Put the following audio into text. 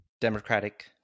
Democratic